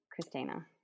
Christina